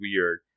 weird